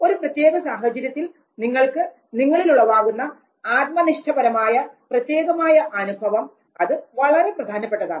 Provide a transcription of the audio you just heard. ഒരു പ്രത്യേക സാഹചര്യത്തിൽ നിങ്ങൾക്ക് നിങ്ങളിലുളവാകുന്ന ആത്മനിഷ്ഠപരമായ പ്രത്യേകമായ അനുഭവം അത് വളരെ പ്രധാനപ്പെട്ടതാണ്